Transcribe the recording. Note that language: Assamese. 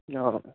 অঁ